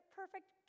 perfect